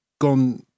gone